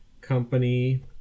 company